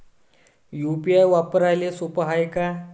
UPI वापराले सोप हाय का?